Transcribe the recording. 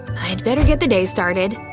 i'd better get the day started.